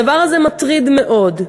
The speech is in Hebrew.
הדבר הזה מטריד מאוד,